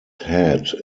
head